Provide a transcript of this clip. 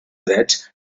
drets